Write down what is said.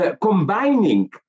combining